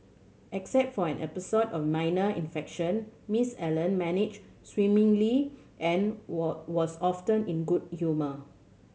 except for an episode of minor infection Miss Allen managed swimmingly and were was often in good humour